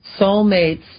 Soulmates